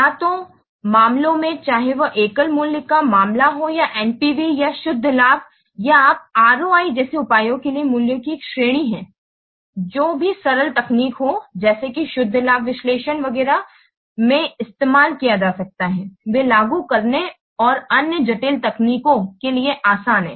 या तो मामलों में चाहे वह एकल मूल्य का मामला हो या NPV या शुद्ध लाभ या आप ROI जैसे उपायों के लिए मूल्यों की एक श्रेणी है जो भी सरल तकनीक हो जैसे कि शुद्ध लाभ विश्लेषण वगैरह में इस्तेमाल किया जा सकता है वे लागू करने और अन्य जटिल तकनीकों के लिए आसान हैं